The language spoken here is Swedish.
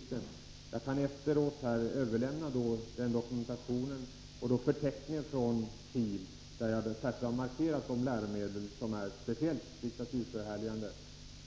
Efter debatten kan jag överlämna dokumentationen och den förteckning från SIL i vilken jag särskilt markerat de läromedel som är speciellt diktaturförhärligande.